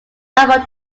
album